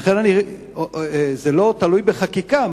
זה לא תלוי בחקיקה.